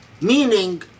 Meaning